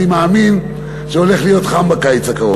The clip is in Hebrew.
ואני מאמין שהולך להיות חם בקיץ הקרוב.